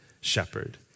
shepherd